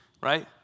Right